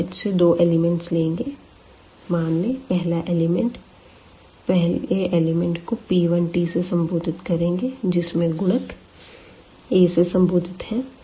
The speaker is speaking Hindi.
हम सेट से दो एलिमेंट्स लेंगे मान लें पहला एलिमेंट को p1 से संबोधित करेंगे जिसमे गुणक a से संबोधित है